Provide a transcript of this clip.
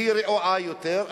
והיא רעועה יותר,